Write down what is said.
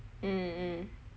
mm mm